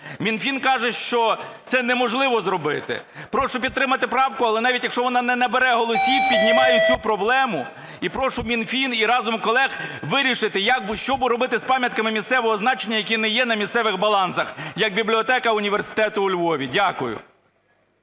Мінфін каже, що це неможливо зробити. Прошу підтримати правку, але навіть якщо вона не набере голосів, піднімає цю проблему. І прошу Мінфін і разом колег вирішити, що робити з пам'ятками місцевого значення, які не є на місцевих балансах, як бібліотека університету у Львові. Дякую.